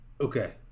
okay